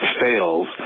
fails